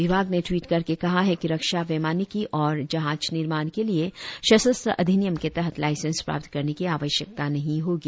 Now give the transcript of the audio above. विभाग ने टवीट करके कहा है कि रक्षा वैमानिकी और जहाज निर्माण के लिए शस्र अधिनियम के तहत लाईसेंस प्राप्त करने की आवश्यकता नहीं होगी